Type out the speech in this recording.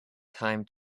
time